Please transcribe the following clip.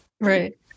Right